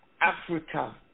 Africa